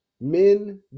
Men